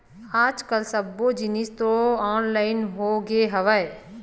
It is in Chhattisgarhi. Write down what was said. आज कल सब्बो जिनिस तो ऑनलाइन होगे हवय